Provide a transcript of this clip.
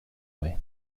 way